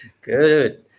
Good